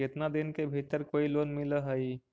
केतना दिन के भीतर कोइ लोन मिल हइ?